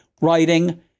writing